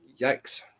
Yikes